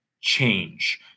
change